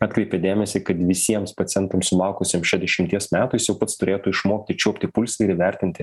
atkreipė dėmesį kad visiems pacientams sulaukusiems šešdešimties metų jis jau pats turėtų išmokti čiuopti pulsą ir įvertinti